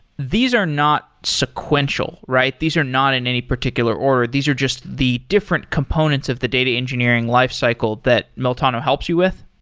these are not sequential, right? these are not in any particular order. these are just the different components of the data engineering lifecycle that meltano helps you with?